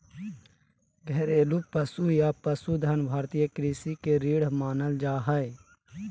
घरेलू पशु या पशुधन भारतीय कृषि के रीढ़ मानल जा हय